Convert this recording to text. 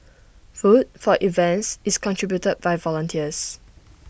food for events is contributed by volunteers